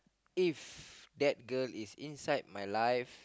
if that girl is inside my life